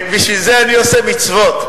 בשביל זה אני עושה מצוות.